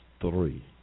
three